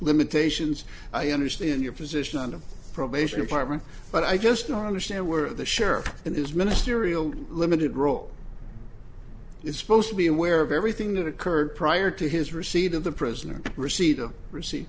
limitations i understand your position on the probation department but i just don't understand where the sheriff and his ministerial limited role is supposed to be aware of everything that occurred prior to his receipt of the prisoner receipt of recei